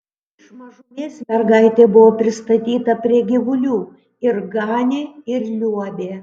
iš mažumės mergaitė buvo pristatyta prie gyvulių ir ganė ir liuobė